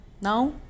Now